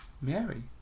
Mary